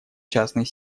частный